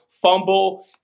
fumble